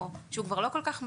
שהוא כבר לא כל כך מתאים,